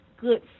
good